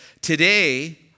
Today